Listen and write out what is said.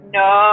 no